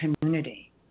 community